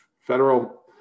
federal